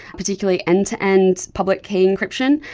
particularly end-to-end public key encryption,